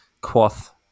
quoth